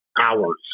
hours